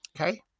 okay